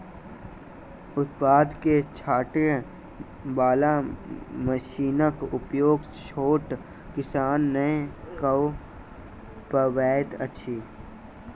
उत्पाद के छाँटय बाला मशीनक उपयोग छोट किसान नै कअ पबैत अछि